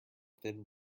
thin